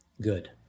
Good